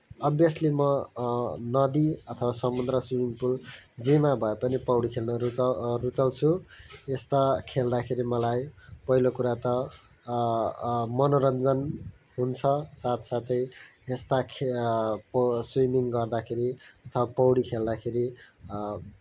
अभ्यस्ली म नदी अथवा समुद्र स्विमिङ पुल जेमा भए पनि पौडी खेल्न रुचा रुचाउँछु यस्ता खेल्दाखेरि मलाई पहिलो कुरा त मनोरञ्जन हुन्छ साथसाथै यस्ता खेल पौड स्विमिङ गर्दाखेरि अथवा पौडी खेल्दाखेरि